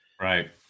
Right